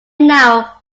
now